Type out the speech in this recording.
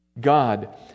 God